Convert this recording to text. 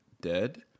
dead